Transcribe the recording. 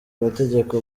amategeko